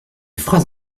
phrases